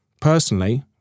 Personally